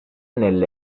nelle